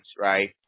right